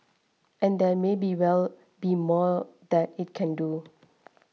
and there may be well be more that it can do